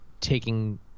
taking